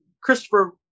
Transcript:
Christopher